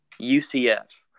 UCF